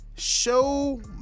Show